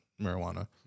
marijuana